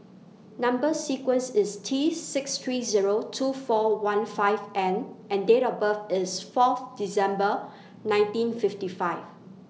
Number sequence IS T six three Zero two four one five N and Date of birth IS Fourth December nineteen fifty five